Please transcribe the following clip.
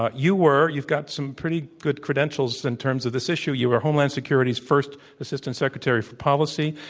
ah you were you've got some pretty good credentials in terms of this issue. you were homeland security's first assistant secretary for policy.